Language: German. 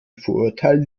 vorurteil